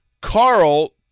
Carl